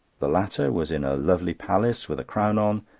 the latter was in a lovely palace with a crown on.